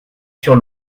sur